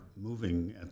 moving